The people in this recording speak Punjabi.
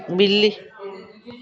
ਬਿੱਲੀ